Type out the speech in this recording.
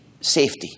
safety